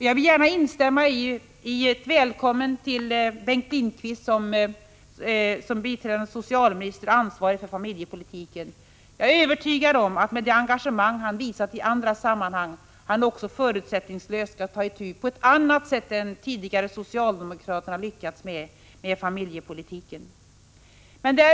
Jag vill gärna instämma i ett välkommen till Bengt Lindqvist som biträdande socialminister och ansvarig för familjepolitiken. Jag är övertygad om att han med det engagemang han visat i andra sammanhang också förutsättningslöst och på ett annat sätt än socialdemokraterna tidigare lyckats med skall ta itu med familjepolitiken.